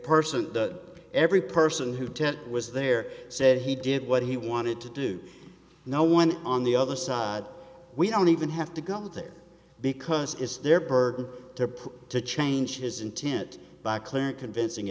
person that every person who ted was there said he did what he wanted to do no one on the other side we don't even have to go there because it's their burden to prove to change his intent by clear and convincing